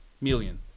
million